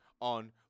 on